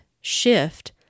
shift